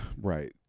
Right